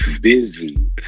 busy